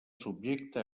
subjecta